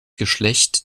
geschlecht